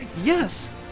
yes